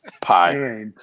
Pie